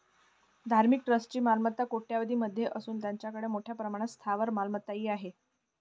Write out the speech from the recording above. धार्मिक ट्रस्टची मालमत्ता कोट्यवधीं मध्ये असून त्यांच्याकडे मोठ्या प्रमाणात स्थावर मालमत्ताही आहेत